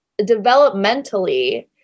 developmentally